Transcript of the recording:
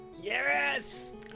Yes